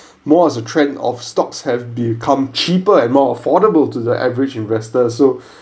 more as a trend of stocks have become cheaper and more affordable to the average investors so